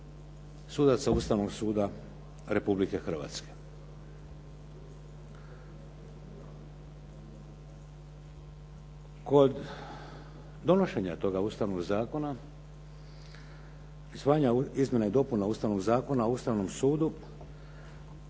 sudaca Ustavnog suda Republike Hrvatske. Kod donošenja toga Ustavnog zakona, izmjena i dopuna Ustavnog zakona o Ustavnom sudu